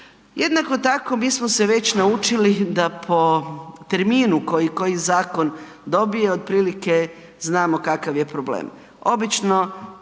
Jednako tako mi smo se već naučili da po terminu koji zakon dobije otrpilike znamo kakav je problem.